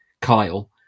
Kyle